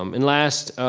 um and last,